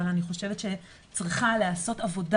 אבל אני חושבת שצריכה להיעשות עבודה